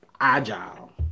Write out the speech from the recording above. agile